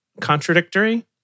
contradictory